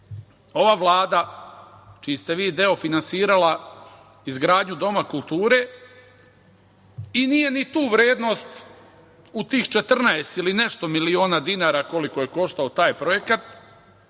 ova Vlada, čiji ste vi deo, finansirala izgradnju doma kulture i nije ni tu vrednost, u tih 14 ili nešto miliona dinara, koliko je koštao taj projekat,